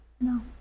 no